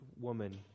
woman